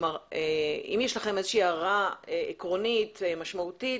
אם יש לכם איזושהי הערה עקרונית משמעותית,